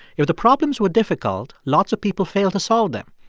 if the problems were difficult, lots of people failed to solve them.